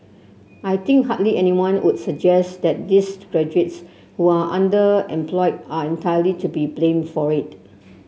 I think hardly anyone would suggest that these graduates who are underemployed are entirely to be blamed for it